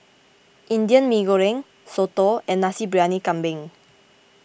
Indian Mee Goreng Soto and Nasi Briyani Kambing